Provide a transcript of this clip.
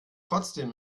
trotzdem